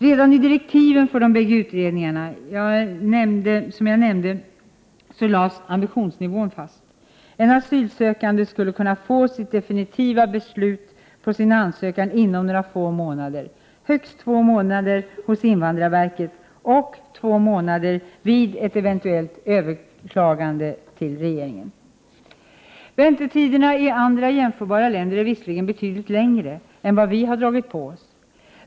Redan i direktiven för de bägge utredningar jag nämnde lades ambitionsnivån fast: en asylsökande skulle kunna få sitt definitiva beslut på sin ansökan inom några få månader — högst två månaders behandling av ärendet hos invandrarverket och två månaders behandling vid ett eventuellt överklagande hos regeringen. Väntetiderna i andra jämförbara länder är visserligen betydligt längre än vad vi dragit på oss.